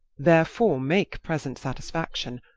therefore make present satisfaction,